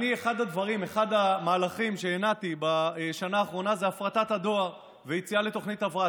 אחד המהלכים שהנעתי בשנה האחרונה זה הפרטת הדואר ויציאה לתוכנית הבראה.